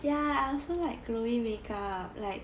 ya so like glowing make up like